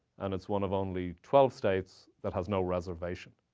and it's one of only twelve states that has no reservation.